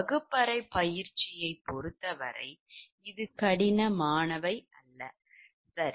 வகுப்பு அறை பயிற்சியைப் பொறுத்தவரை சிக்கல்களும் கடினமானவை அல்ல சரி